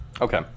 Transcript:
Okay